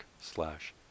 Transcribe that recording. slash